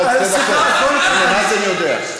מה זה קשור לחקיקה?